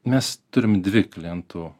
mes turim dvi klientų